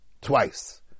twice